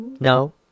No